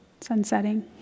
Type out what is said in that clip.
sunsetting